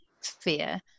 fear